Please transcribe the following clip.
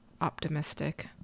optimistic